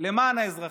למען האזרחים?